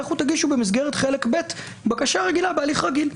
תגישו במסגרת חלק ב' בקשה רגילה בהליך רגיל.